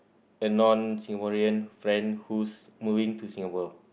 a non Singaporean friend who's moving to Singapore